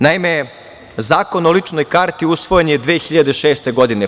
Naime, Zakon o ličnoj karti usvojen je 2006. godine.